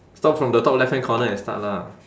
start from the top left hand corner and start lah